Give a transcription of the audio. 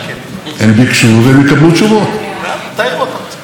אינני מוריד את העין לרגע מלוח המטרות.